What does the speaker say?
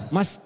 Mas